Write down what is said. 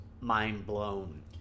mind-blown